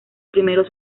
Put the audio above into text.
primeros